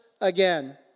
again